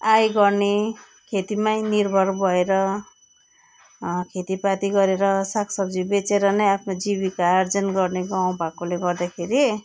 आय गर्ने खेतीमै निर्भर भएर खेतीपाती गरेर साग सब्जी बेचेर नै आफ्नो जीविका आर्जन गर्ने गाउँ भएकोले गर्दाखेरि